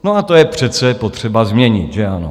No a to je přece potřeba změnit, že ano?